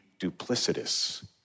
duplicitous